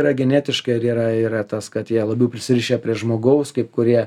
yra genetiškai ar yra yra tas kad jie labiau prisirišę prie žmogaus kaip kurie